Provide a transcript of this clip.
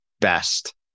best